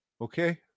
Okay